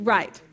Right